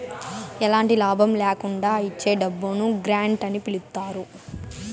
ఎలాంటి లాభం ల్యాకుండా ఇచ్చే డబ్బును గ్రాంట్ అని పిలుత్తారు